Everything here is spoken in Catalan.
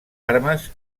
armes